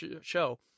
show